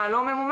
מה לא ממומש,